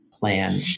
Plan